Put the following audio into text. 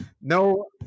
No